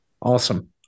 Awesome